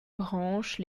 branches